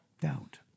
Doubt